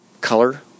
color